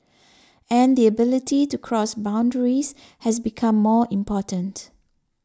and the ability to cross boundaries has become more important